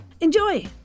Enjoy